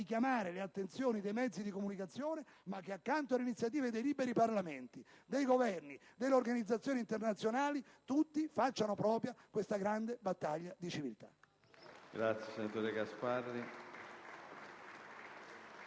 richiamare l'attenzione dei mezzi di comunicazione, ma che, accanto alle iniziative dei liberi Parlamenti, dei Governi e delle organizzazioni internazionali, tutti debbano fare propria questa grande battaglia di civiltà.